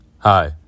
Hi